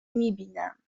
میبینم